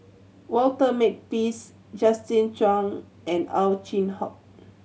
Walter Makepeace Justin Zhuang and Ow Chin Hock